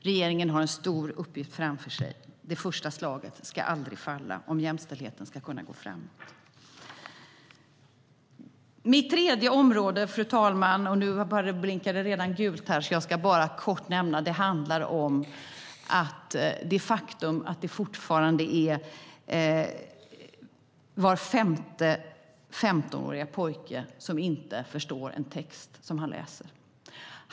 Regeringen har en stor uppgift framför sig. Det första slaget ska aldrig få falla om jämställdheten ska kunna gå framåt. Mitt tredje område, fru talman, ska jag bara kort nämna. Det handlar om det faktum att var femte 15-åriga pojke fortfarande inte förstår en text som han läser.